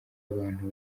abantu